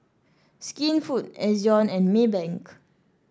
Skinfood Ezion and Maybank